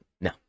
no